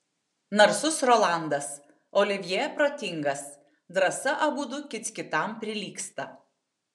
narsus rolandas olivjė protingas drąsa abudu kits kitam prilygsta